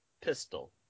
pistol